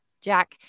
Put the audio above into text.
Jack